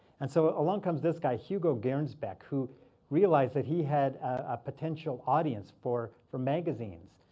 and so along comes this guy, hugo gernsback, who realized that he had a potential audience for for magazines.